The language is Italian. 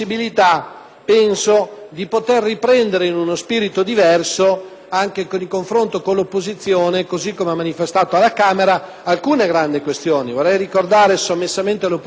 penso - di poter riprendere in uno spirito diverso, anche di confronto con l'opposizione, così come manifestato alla Camera, alcune grandi questioni. Vorrei ricordare sommessamente all'opposizione